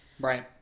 Right